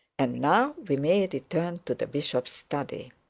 and now we may return to the bishop's study.